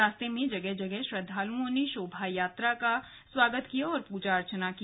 रास्ते मे जगह जगह श्रद्वालुओं ने शोभा यात्रा का स्वागत किया और पूजा अर्चना की